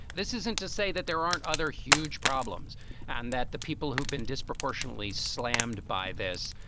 this isn't to say that there aren't other huge problems and that the people who've been disproportionately slammed by this,